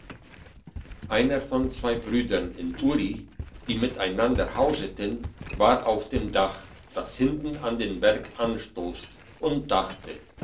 einer von zwei brüdern in uri die miteinander hauseten war auf dem dach das hinten an den berg anstosst und dachte